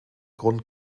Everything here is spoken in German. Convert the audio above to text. grund